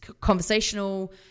conversational